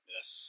Yes